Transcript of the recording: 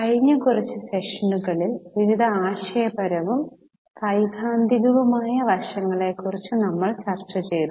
കഴിഞ്ഞ കുറച്ച് സെഷനുകളിൽ വിവിധ ആശയപരവും സൈദ്ധാന്തികവുമായ വശങ്ങളെക്കുറിച്ച് നമ്മൾ ചർച്ച ചെയ്തു